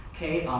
okay.